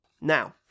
Now